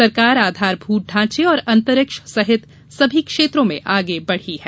सरकार आधारभूत ढ़ांचे और अंतरिक्ष सहित सभी क्षेत्रों में आगे बढ़ी है